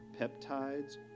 peptides